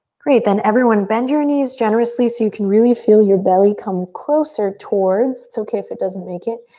great, then everyone bend your knees generously so you can really feel your belly come closer towards, it's okay if it doesn't make it,